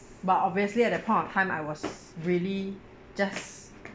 but obviously at that point of time I was really just